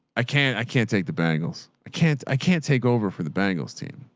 i can't, i can't take the bangles. i can't, i can't take over for the bangles team.